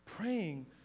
praying